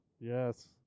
Yes